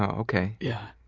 ok. yeah.